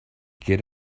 get